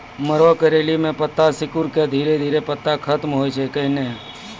मरो करैली म पत्ता सिकुड़ी के धीरे धीरे पत्ता खत्म होय छै कैनै?